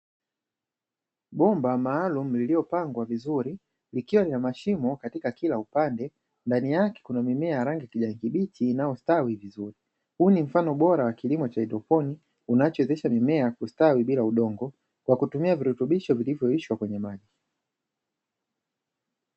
Bomba maalumu liliopangwa vizuri, likiwa lina mashimo katika katika kila upande. Ndani yake kuna mimea ya rangi ya kijani kibichi inayostawi vizuri. Huu ni mfano bora wa kilimo cha haidroponi unachowezesha mimea kustawi bila udongo kwa kutumia virutubisho vilivyoyeyushwa kwenye maji.